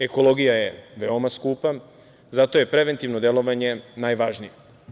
Ekologija je veoma skupa, zato je preventivno delovanje najvažnije.